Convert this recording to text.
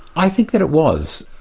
i think that it was.